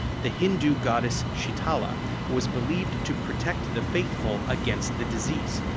the hindu goddess shitala was believed to protect the faithful against the disease,